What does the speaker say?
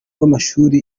rw’amashuri